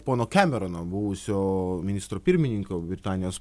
pono kemerono buvusio ministro pirmininko britanijos